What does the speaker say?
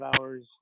hours